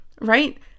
right